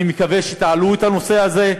אני מקווה שתעלו את הנושא הזה,